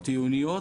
עיוניות,